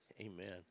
Amen